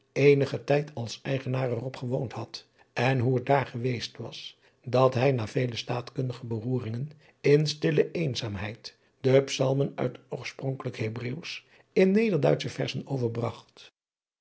eenigen tijd als eigenaar er op gewoond had en hoe het daar geweest was dat hij na vele staatkundige beroeringen in stille eenzaamheid de salmen uit het oorspronkelijk ebreeuwsch in ederduitsche